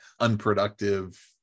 unproductive